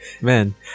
man